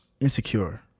Insecure